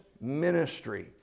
ministry